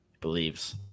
believes